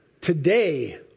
Today